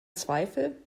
zweifel